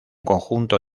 conjunto